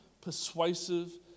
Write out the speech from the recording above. persuasive